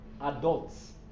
adults